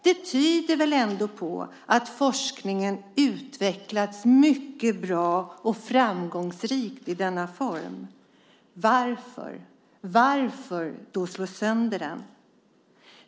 Det tyder väl ändå på att forskningen har utvecklats mycket bra och framgångsrikt i denna form? Varför då slå sönder den?